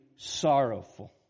sorrowful